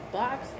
box